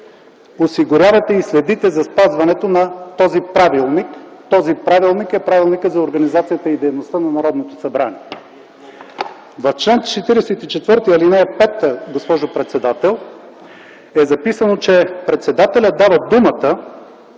„осигурявате и следите за спазването на този правилник”. А „този правилник” е Правилникът за организацията и дейността на Народното събрание. В чл. 44, ал. 5, госпожо председател, е записано, че председателят дава думата,